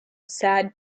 sad